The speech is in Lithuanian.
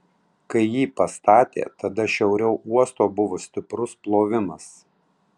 kai jį pastatė tada šiauriau uosto buvo stiprus plovimas